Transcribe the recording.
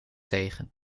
tegen